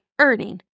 earning